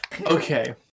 Okay